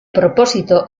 propósito